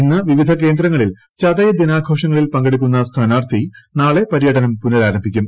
ഇന്ന് വിവിധ കേന്ദ്രങ്ങളിൽ ചതയദിനാഘോഷങ്ങളിൽ പങ്കെടുക്കുന്ന സ്ഥാനാർത്ഥി നാളെ പര്യടനം പുനരാരംഭിക്കും